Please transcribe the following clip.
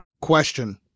Question